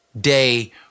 day